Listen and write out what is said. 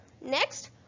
Next